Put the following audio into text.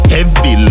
Heavy